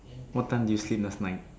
what time do you swim last night